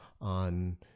on